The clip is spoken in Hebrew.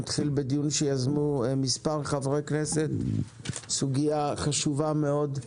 נתחיל בדיון שיזמו מספר חברי כנסת בסוגיה חשובה מאוד,